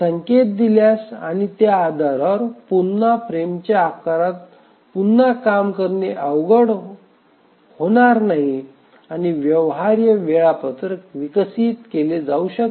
संकेत दिल्यास आणि त्या आधारावर पुन्हा फ्रेमच्या आकारात पुन्हा काम करणे अवघड होणार नाही आणि व्यवहार्य वेळापत्रक विकसित केले जाऊ शकते